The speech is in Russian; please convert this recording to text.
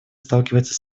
сталкивается